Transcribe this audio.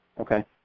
Okay